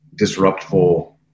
disruptful